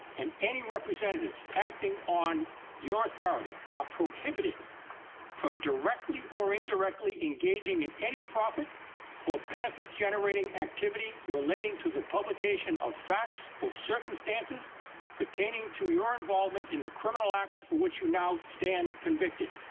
and any representatives acting on your authority are prohibited from directly or indirectly engaging in any profit or benefit generating activity relating to the publication of facts or circumstances pertaining to your involvement in the criminal act for which you now stand convicted.